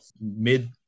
mid